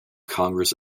congress